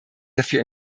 dafür